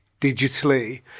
digitally